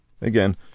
Again